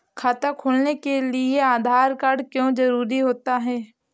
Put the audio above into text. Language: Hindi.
खाता खोलने के लिए आधार कार्ड क्यो जरूरी होता है?